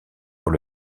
pour